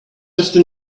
after